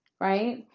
right